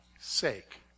sake